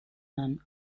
man